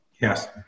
Yes